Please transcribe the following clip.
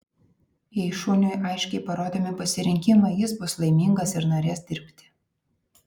jei šuniui aiškiai parodomi pasirinkimai jis bus laimingas ir norės dirbti